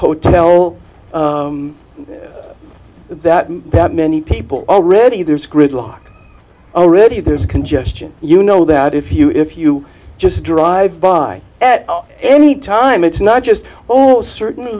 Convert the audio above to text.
hotel that that many people already there's gridlock already there's congestion you know that if you if you just drive by at any time it's not just all certain